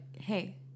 Hey